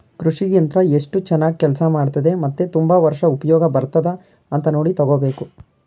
ಕೃಷಿ ಯಂತ್ರ ಎಸ್ಟು ಚನಾಗ್ ಕೆಲ್ಸ ಮಾಡ್ತದೆ ಮತ್ತೆ ತುಂಬಾ ವರ್ಷ ಉಪ್ಯೋಗ ಬರ್ತದ ಅಂತ ನೋಡಿ ತಗೋಬೇಕು